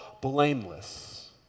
blameless